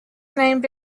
named